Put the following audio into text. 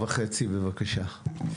בבקשה.